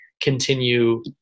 continue